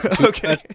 Okay